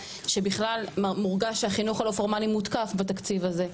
שבכלל מורגש שהחינוך הלא פורמלי מותקף בתקציב הזה,